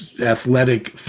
athletic